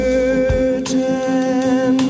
Certain